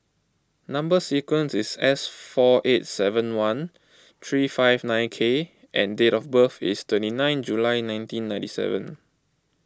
Number Sequence is S four eight seven one three five nine K and date of birth is twenty nine July nineteen ninety seven